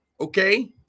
Okay